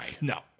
No